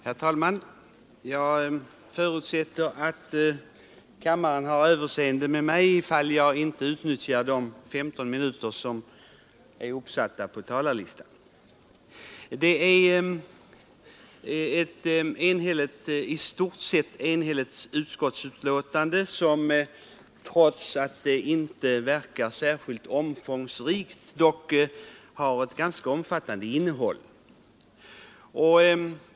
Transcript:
Herr talman! Jag förutsätter att kammarens ledamöter har överseende med mig, om jag nu inte utnyttjar alla de 15 minuter som jag är antecknad för på talarlistan. Trots att förevarande i stort sett enhälliga utskottsbetänkande inte är särskilt omfångsrikt har det ändå ett ganska omfattande innehåll.